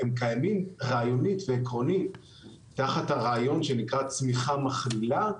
הם קיימים רעיונית ועקרונית תחת הרעיון שנקרא צמיחה מכלילה,